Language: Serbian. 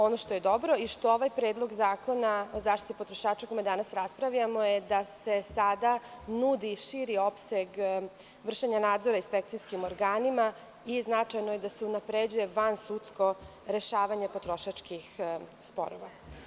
Ono što je dobro i što ovaj predlog zakona o zaštiti potrošača, o kome danas raspravljamo je da se sada nudi širi opseg vršenja nadzora inspekcijskim organima i značajno je da se unapređuje vansudsko rešavanje potrošačkih sporova.